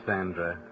Sandra